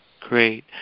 Great